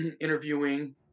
interviewing